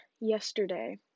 yesterday